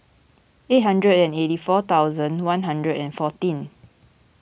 eight hundred and eighty four thousand one hundred and fourteen